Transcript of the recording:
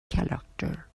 character